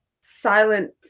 silent